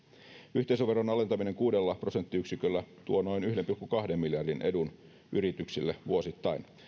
yhteisöveron alentaminen kuudella prosenttiyksiköllä tuo noin yhden pilkku kahden miljardin edun yrityksille vuosittain